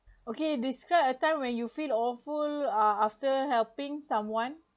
okay describe a time when you feel awful uh after helping someone